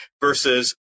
versus